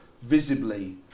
visibly